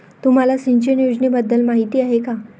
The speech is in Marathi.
तुम्हाला सिंचन योजनेबद्दल माहिती आहे का?